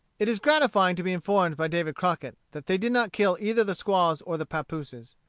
it is gratifying to be informed by david crockett that they did not kill either the squaws or the pappooses.